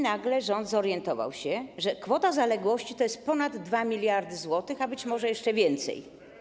Nagle rząd zorientował się, że kwota zaległości wynosi ponad 2 mld zł, a być może jeszcze więcej.